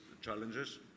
challenges